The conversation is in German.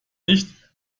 nicht